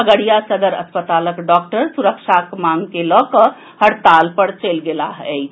खगड़िया सदर अस्पतालक डॉक्टर सुरक्षाक मांग के लऽकऽ हड़ताल पर चलि गेलाह अछि